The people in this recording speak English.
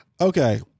Okay